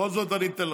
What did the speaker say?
חבריי חברי הכנסת,